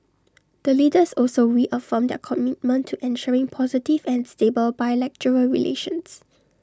the leaders also reaffirmed their commitment to ensuring positive and stable bilateral relations